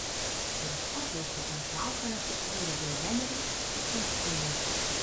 virš škotijos tik per plauką nesusidūrė du laineriai su tūkstančiu keleivių